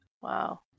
Wow